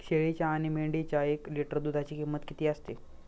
शेळीच्या आणि मेंढीच्या एक लिटर दूधाची किंमत किती असते?